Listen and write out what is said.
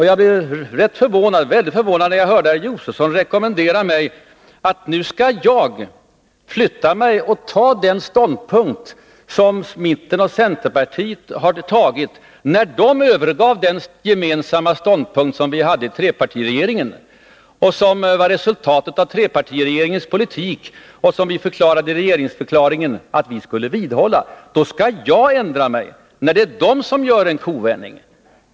Jag blev mycket förvånad när jag hörde herr Josefson rekommendera mig att ändra mig och ansluta mig till den ståndpunkt som mittenregeringen och centerpartiet har intagit, när det var de som övergav den gemensamma ståndpunkt som vi hade i trepartiregeringen, som var resultatet av trepartiregeringens politik och som vi i regeringsförklaringen skrev in att vi skulle vidhålla. Det är de som gör en kovändning, och då skall jag ändra mig.